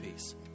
peace